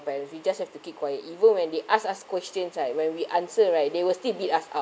whereas we just have to keep quiet even when they ask us questions like when we answer right they will still beat us up